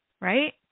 right